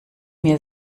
mir